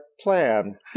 plan